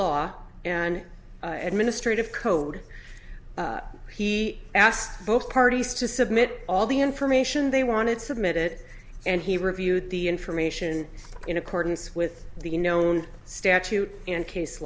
law and administrative code he asked both parties to submit all the information they wanted submitted and he reviewed the information in accordance with the known statute and case